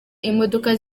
imodoka